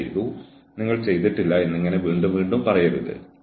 അതിനാൽ ജീവനക്കാരനിൽ നിന്ന് നിങ്ങൾക്ക് എന്താണ് വേണ്ടത്